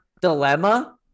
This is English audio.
dilemma